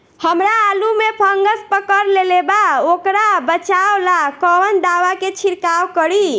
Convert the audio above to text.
हमरा आलू में फंगस पकड़ लेले बा वोकरा बचाव ला कवन दावा के छिरकाव करी?